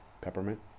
Peppermint